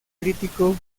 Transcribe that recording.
crítico